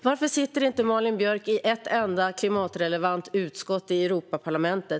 Varför sitter inte Malin Björk i ett enda klimatrelevant utskott i Europaparlamentet?